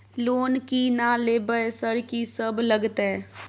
Loan की ना लेबय सर कि सब लगतै?